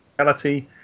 reality